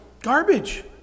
garbage